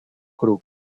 crook